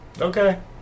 okay